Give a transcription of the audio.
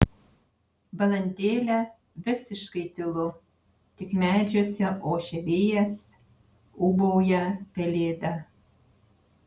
valandėlę visiškai tylu tik medžiuose ošia vėjas ūbauja pelėda